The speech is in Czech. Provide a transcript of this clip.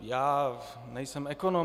Já nejsem ekonom.